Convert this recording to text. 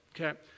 okay